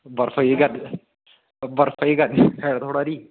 बर्फ पेई बर्फ पेई अज्ज ऐ थोह्ड़े हारी